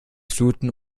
fluten